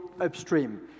upstream